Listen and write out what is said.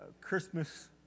Christmas